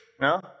No